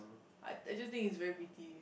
I I just think it's very pretty